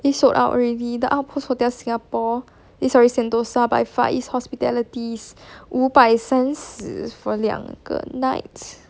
it's sold out already the outpost hotel singapore is already sentosa by far east hospitality's 五百三十 for 两个 nights